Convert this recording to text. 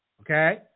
Okay